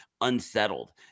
unsettled